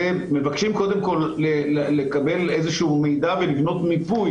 זה מבקשים קודם כל לקבל מידע ולבנות מיפוי,